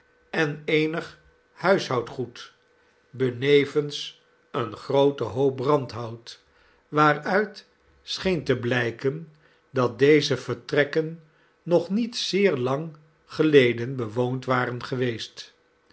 en eenig huishoudgoed benevens een grooten hoop brandhout waaruit scheen te blijken dat deze vertrekken nog niet zeer lang geleden bewoond waren geweest